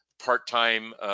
part-time